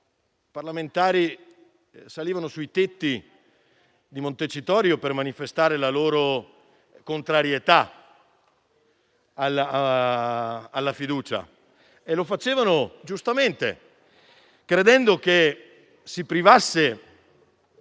i parlamentari salivano sui tetti di Montecitorio per manifestare la loro contrarietà alla fiducia e lo facevano giustamente, credendo che si privasse